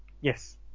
Yes